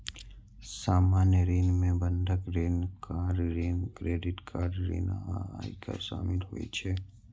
सामान्य ऋण मे बंधक ऋण, कार ऋण, क्रेडिट कार्ड ऋण आ आयकर शामिल होइ छै